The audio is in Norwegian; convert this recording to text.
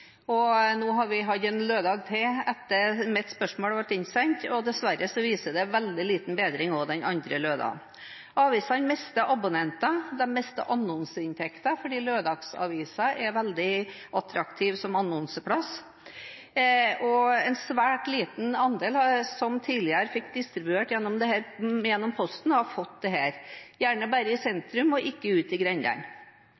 Nå har vi hatt en lørdag til etter at mitt spørsmål var innlevert, men dessverre viser det veldig liten bedring den andre lørdagen. Avisene mister abonnenter, de mister annonseinntekter fordi lørdagsavisene er veldig attraktive som annonseplass, og en svært liten andel som tidligere fikk distribuert denne gjennom Posten, har fått den og gjerne bare i